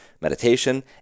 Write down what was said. Meditation